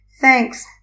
Thanks